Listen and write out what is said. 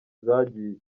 zagiye